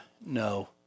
no